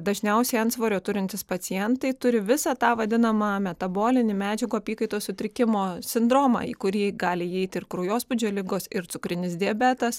dažniausiai antsvorio turintys pacientai turi visą tą vadinamą metabolinį medžiagų apykaitos sutrikimo sindromą į kurį gali įeiti ir kraujospūdžio ligos ir cukrinis diabetas